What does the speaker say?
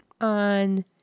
on